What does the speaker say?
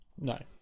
no